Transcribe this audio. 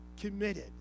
committed